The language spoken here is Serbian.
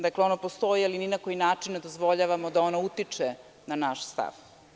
Dakle, ono postoji, ali ni na koji način ne dozvoljavamo da ono utiče na naš stav.